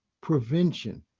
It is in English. Prevention